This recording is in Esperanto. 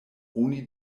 oni